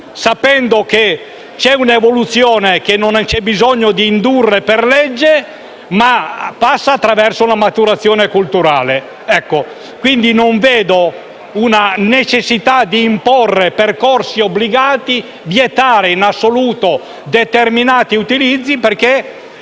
sapendo che c'è un'evoluzione che non è necessaria di indurre per legge, ma passa attraverso una maturazione culturale. Non vedo la necessità di imporre percorsi obbligati e vietare in assoluto determinati utilizzi, perché